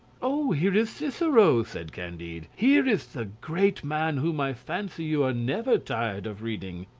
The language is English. oh! here is cicero, said candide. here is the great man whom i fancy you are never tired of reading.